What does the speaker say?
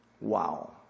Wow